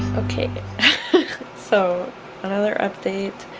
okay so another update,